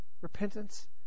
Repentance